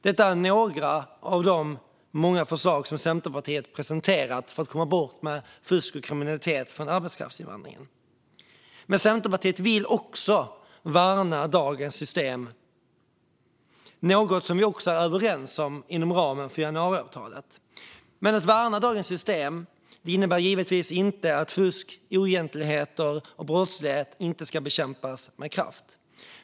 Detta är några av de många förslag som Centerpartiet presenterat för att komma bort från fusk och kriminalitet i arbetskraftsinvandringen. Centerpartiet vill också värna dagens system. Det är något vi också är överens om inom ramen för januariavtalet. Men att värna dagens system innebär givetvis inte att fusk, oegentligheter och brottslighet inte ska bekämpas med kraft.